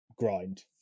grind